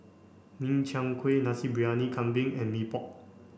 Min Chiang Kueh Nasi Briyani Kambing and Mee Pok